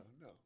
No